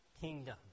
kingdom